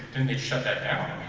and they shut that down?